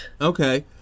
Okay